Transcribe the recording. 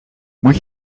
moet